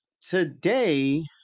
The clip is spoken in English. today